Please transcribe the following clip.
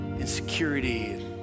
insecurity